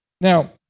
Now